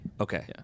okay